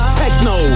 techno